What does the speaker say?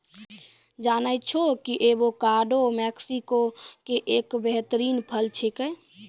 जानै छौ कि एवोकाडो मैक्सिको के एक बेहतरीन फल छेकै